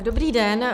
Dobrý den.